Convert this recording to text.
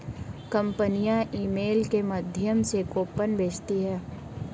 कंपनियां ईमेल के माध्यम से कूपन भेजती है